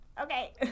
okay